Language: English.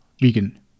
vegan